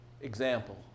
example